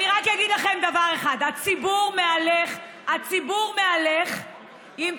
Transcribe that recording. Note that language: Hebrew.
אני רק אגיד לכם דבר אחד: הציבור מהלך עם תחושה,